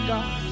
God